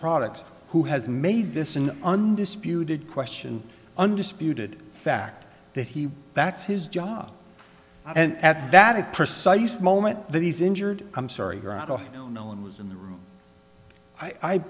products who has made this an undisputed question undisputed fact that he that's his job and at that it precise moment that he's injured i'm sorry grotto no one was in the room i